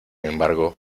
embargo